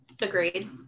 agreed